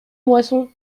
moisson